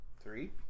three